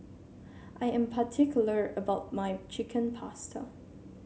I am particular about my Chicken Pasta